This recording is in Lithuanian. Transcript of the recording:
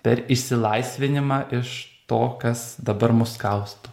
per išsilaisvinimą iš to kas dabar mus kausto